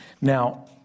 Now